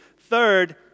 Third